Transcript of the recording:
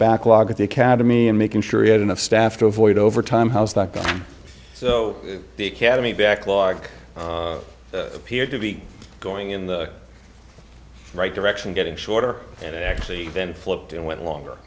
backlog at the academy and making sure he had enough staff to avoid overtime how's that going so the academy backlog appeared to be going in the right direction getting shorter and it actually been flipped and went longer